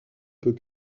peut